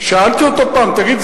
שאלתי אותו פעם: תגיד,